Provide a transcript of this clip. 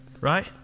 right